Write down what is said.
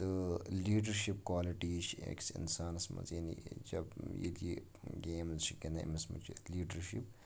تہٕ leadership qualities چھِ أکِس اِنسانَس منٛز یعنی جب ییٚتہِ یہِ گیمٕز چھِ گِنٛدان أمِس منٛز چھِ لیٖڈَرشِپ